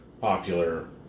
popular